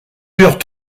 purent